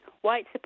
white